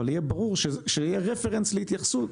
אבל יהיה ברור שיהיה רפרנס להתייחסות.